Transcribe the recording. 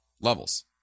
levels